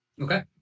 Okay